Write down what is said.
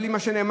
בלי מה שנאמר,